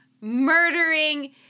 murdering